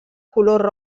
color